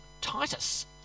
titus